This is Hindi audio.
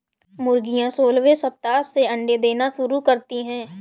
मुर्गियां सोलहवें सप्ताह से अंडे देना शुरू करती है